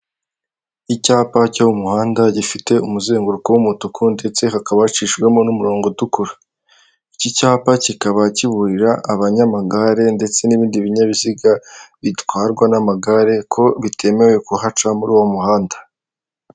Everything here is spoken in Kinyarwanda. Icyapa cyo mu muhanda gifite umuzenguruko w'umutuku ndetse hakaba hacishijwemo n'umurongo utukura. Iki cyapa kikaba kiburira abanyamagare ndetse n'ibindi binyabiziga bitwarwa n'amagare, ko bitemerewe kuhaca muri uwo muhanda.